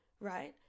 Right